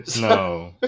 no